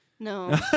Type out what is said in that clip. No